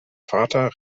vater